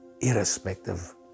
irrespective